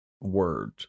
word